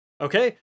Okay